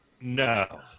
No